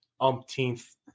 umpteenth